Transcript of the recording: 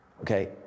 Okay